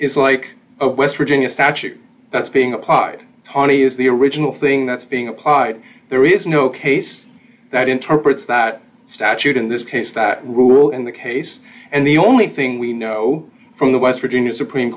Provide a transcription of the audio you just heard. is like a west virginia statute that's being applied tony is the original thing that's being applied there is no case that interprets that statute in this case that rule in the case and the only thing we know from the west virginia supreme